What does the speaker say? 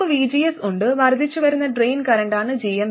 നമുക്ക് vgs ഉണ്ട് വർദ്ധിച്ചുവരുന്ന ഡ്രെയിൻ കറന്റാണ് gmvgs